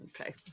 Okay